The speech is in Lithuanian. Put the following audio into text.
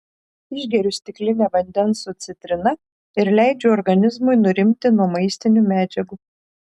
išgeriu stiklinę vandens su citrina ir leidžiu organizmui nurimti nuo maistinių medžiagų